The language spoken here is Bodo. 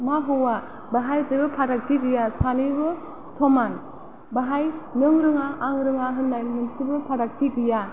मा हौवा बेहाय जेबो फारागथि गैया सानैबो समान बाहाय नों रोङा आं रोङा होननाय मोनसेबो फारागथि गैया